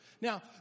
Now